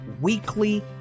weekly